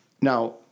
Now